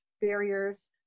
barriers